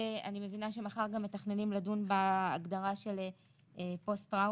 אני מבינה שמחר מתכננים גם לדון בהגדרה של פוסט טראומה?